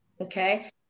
okay